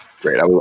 great